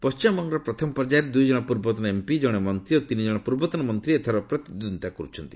ପଶ୍ଚିମବଙ୍ଗର ପ୍ରଥମ ପର୍ଯ୍ୟାୟରେ ଦୁଇ ଜଣ ପୂର୍ବତନ ଏମ୍ପି ଜଣେ ମନ୍ତ୍ରୀ ଓ ତିନି କ୍ଷଣ ପୂର୍ବତନ ମନ୍ତ୍ରୀ ଏଥର ପ୍ରତିଦ୍ୱନ୍ଦ୍ୱିତା କରୁଛନ୍ତି